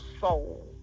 soul